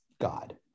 God